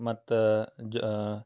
ಮತ್ತು ಜಾ